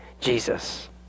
Jesus